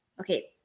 Okay